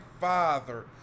father